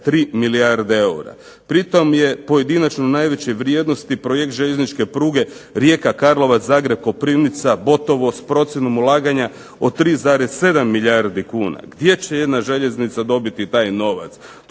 4,3 milijarde eura. Pritom je pojedinačno najveće vrijednosti projekt željezničke pruge Rijeka – Karlovac, Zagreb – Koprivnica – Botovo s procjenom ulaganja od 3,7 milijardi kuna. Gdje će jedna željeznica dobiti taj novac.